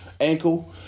ankle